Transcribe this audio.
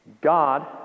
God